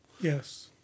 Yes